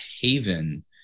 haven